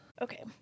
Okay